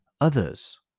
others